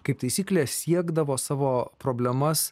kaip taisyklė siekdavo savo problemas